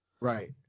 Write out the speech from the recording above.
Right